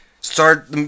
Start